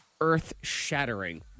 earth-shattering